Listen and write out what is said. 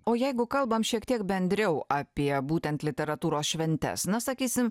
o jeigu kalbam šiek tiek bendriau apie būtent literatūros šventes na sakysim